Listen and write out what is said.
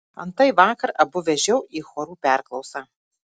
antai vakar abu vežiau į chorų perklausą